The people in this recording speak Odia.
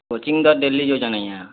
କୋଚିଙ୍ଗ୍ ତ ଡେଲି ଯାଉଛନ୍ ଆଜ୍ଞା